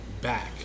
back